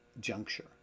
juncture